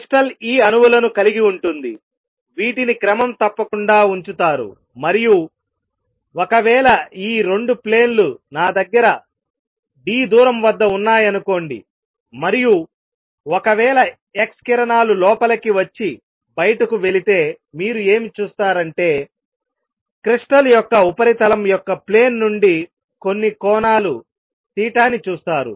crystal ఈ అణువులను కలిగి ఉంటుంది వీటిని క్రమం తప్పకుండా ఉంచుతారు మరియు ఒకవేళ ఈ 2 ప్లేన్ లు నా దగ్గర d దూరం వద్ద ఉన్నాయి అనుకోండి మరియు ఒకవేళ x కిరణాలు లోపలకి వచ్చి బయటకు వెళితే మీరు ఏమి చూస్తారు అంటే క్రిస్టల్ యొక్క ఉపరితలం యొక్క ప్లేన్ నుండి కొన్ని కోణాలు తీటా ని చూస్తారు